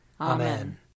Amen